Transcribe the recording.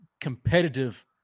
competitive